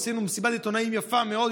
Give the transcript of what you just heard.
עשינו מסיבת עיתונאים יפה מאוד,